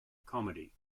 comedy